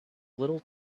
little